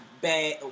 bad